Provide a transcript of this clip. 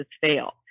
fail